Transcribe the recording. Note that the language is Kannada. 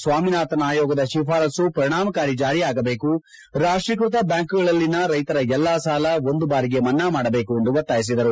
ಸ್ವಾಮಿನಾಥನ್ ಆಯೋಗದ ಶಿಫಾರಸು ಪರಿಣಾಮಕಾರಿ ಜಾರಿಯಾಗಬೇಕು ರಾಷ್ಟೀಕೃತ ಬ್ಯಾಂಕ್ಗಳಲ್ಲಿನ ರೈತರ ಎಲ್ಲ ಸಾಲ ಒಂದು ಬಾರಿಗೆ ಮನ್ನಾ ಮಾಡಬೇಕು ಎಂದು ಒತ್ತಾಯಿಸಿದರು